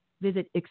Visit